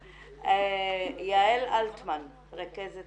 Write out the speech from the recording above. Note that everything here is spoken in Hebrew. יעל אלטמן, רכזת